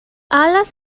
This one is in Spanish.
alas